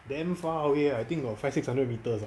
then far away I think got five six hundred metres ah